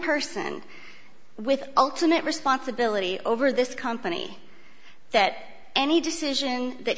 person with ultimate responsibility over this company that any decision that